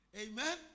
Amen